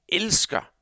elsker